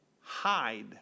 hide